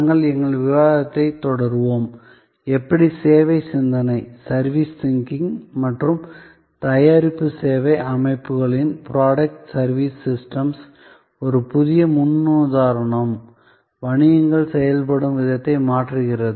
நாங்கள் எங்கள் விவாதத்தைத் தொடருவோம்எப்படி சேவை சிந்தனை மற்றும் தயாரிப்பு சேவை அமைப்புகளின் ஒரு புதிய முன்னுதாரணம் வணிகங்கள் செய்யப்படும் விதத்தை மாற்றுகிறது